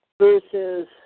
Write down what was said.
versus